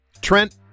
trent